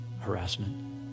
harassment